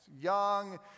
young